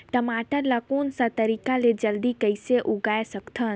टमाटर ला कोन सा तरीका ले जल्दी कइसे उगाय सकथन?